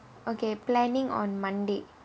okay planning on monday